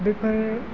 बेफोर